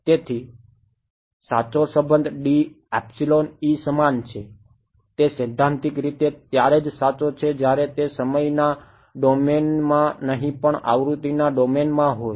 તેથી સાચો સંબંધ D એપ્સીલોન E સમાન છે તે સૈદ્ધાંતિક રીતે ત્યારે જ સાચો છે જ્યારે તે સમયના ડોમેનમાં નહીં પણ આવૃત્તિના ડોમેનમાં હોય